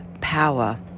power